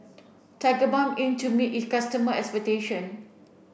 Tigerbalm aim to meet its customer expectation